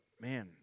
man